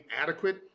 adequate